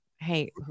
Hey